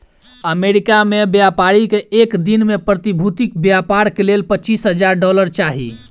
America में व्यापारी के एक दिन में प्रतिभूतिक व्यापार के लेल पचीस हजार डॉलर चाही